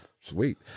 Sweet